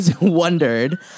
wondered